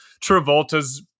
Travolta's